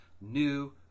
new